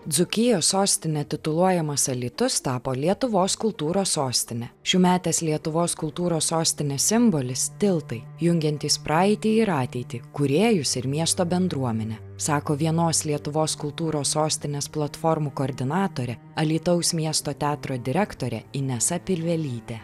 dzūkijos sostine tituluojamas alytus tapo lietuvos kultūros sostine šiųmetės lietuvos kultūros sostinės simbolis tiltai jungiantys praeitį ir ateitį kūrėjus ir miesto bendruomenę sako vienos lietuvos kultūros sostinės platformų koordinatorė alytaus miesto teatro direktorė inesa pilvelytė